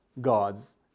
God's